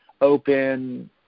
open